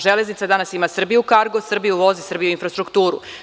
Železnica danas ima „Srbija kargo“, „Srbija voz“ i „Srbija infrastruktura“